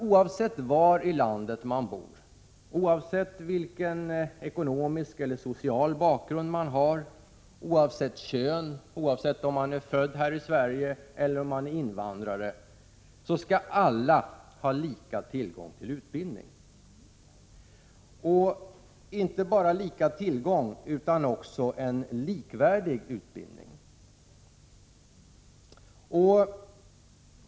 Oavsett var i landet man bor, oavsett vilken ekonomisk eller social bakgrund man har, oavsett kön, oavsett om man är född här i Sverige eller är invandrare skall man ha lika tillgång till utbildning. Det handlar inte bara om lika tillgång, utan också om likvärdig utbildning.